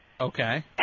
Okay